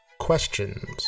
Questions